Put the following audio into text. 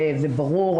זה ברור,